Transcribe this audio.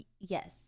Yes